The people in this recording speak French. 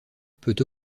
peut